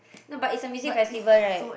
not but it's a music festival right